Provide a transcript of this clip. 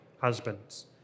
husbands